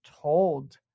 told